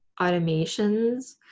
automations